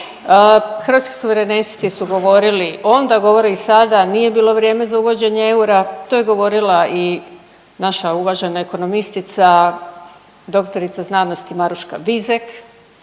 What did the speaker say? Hrvatski suverenisti su govorili onda, govore i sada nije bilo vrijeme za uvođenje eura. To je govorila i naša uvažena ekonomistica dr. znanosti Maruška Vizek,